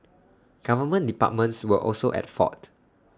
government departments were also at fault